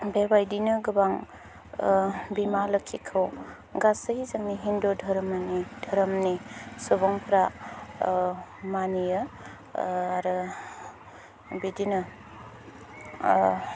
बेबायदिनो गोबां बिमा लोखिखौ गासै जोंनि हिन्दु धर्मनि धोरोमनि सुबुंफ्रा मानियो आरो बिदिनो